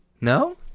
No